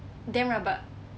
damn rabak